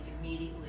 immediately